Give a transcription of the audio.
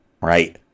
right